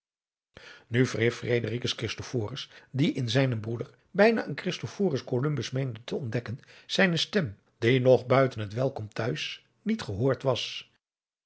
die in zijnen broeder bijna een christophorus colombus meende te ontdekken zijne stem die nog buiten het welkom t'huis niet gehoord was